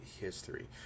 history